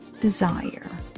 desire